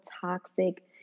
toxic